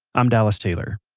i'm dallas taylor,